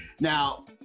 Now